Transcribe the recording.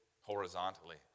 horizontally